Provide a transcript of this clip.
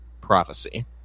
prophecy